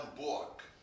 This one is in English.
book